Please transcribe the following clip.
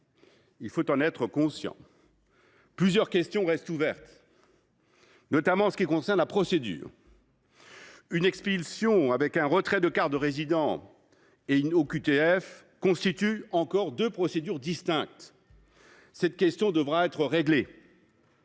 il faut en être conscient. Plusieurs questions restent ouvertes, notamment en ce qui concerne la procédure. Une expulsion avec un retrait de carte de résident et une OQTF constituent encore deux procédures distinctes. Nous avons besoin de les